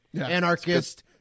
Anarchist